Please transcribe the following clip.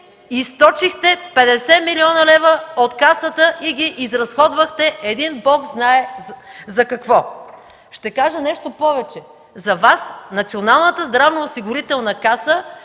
източихте 50 млн. лв. от Касата и ги изразходвахте един Бог знае за какво. Ще кажа нещо повече. За Вас Националната здравноосигурителна каса